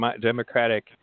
democratic